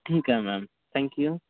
ठीक आहे ma'am thank you